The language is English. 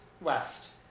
West